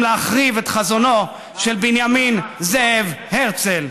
להחריב את חזונו של בנימין זאב הרצל.